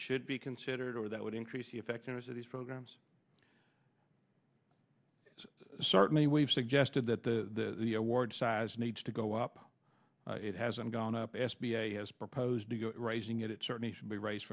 should be considered over that would increase the effectiveness of these programs certainly we've suggested that the award size needs to go up it hasn't gone up s b a has proposed to go raising it it certainly should be raised